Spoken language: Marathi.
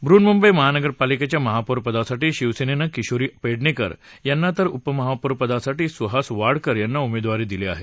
बृहन्मुंबई महापालिकेच्या महापौर पदासाठी शिवसेनेनं किशोरी पेडणेकर यांना तर उपमहापौर पदासाठी सुहास वाडकर यांना उमेदवारी दिली आहे